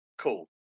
cool